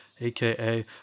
AKA